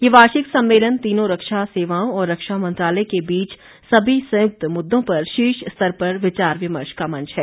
ये वार्षिक सम्मेलन तीनों रक्षा सेवाओं और रक्षा मंत्रालय के बीच सभी संयुक्त मुद्दों पर शीर्ष स्तर पर विचार विमर्श का मंच है